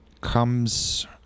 comes